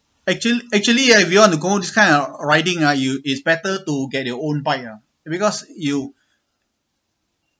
actuall~ actually ah if you want to go this kind of riding ah you is better to get your own bike ah because you